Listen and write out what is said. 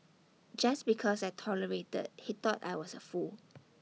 just because I tolerated he thought I was A fool